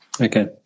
Okay